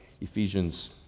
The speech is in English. Ephesians